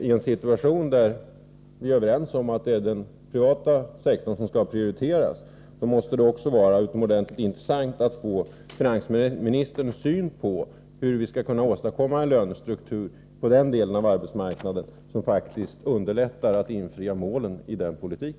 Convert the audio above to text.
I en situation där vi är överens om att den privata sektorn skall prioriteras måste det också vara utomordentligt intressant att få veta hur finansministern anser att vi på den delen av arbetsmarknaden skall kunna åstadkomma en lönestruktur som faktiskt underlättar för oss att infria målen för en sådan politik.